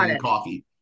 coffee